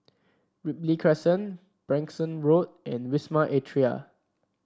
Ripley Crescent Branksome Road and Wisma Atria